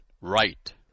right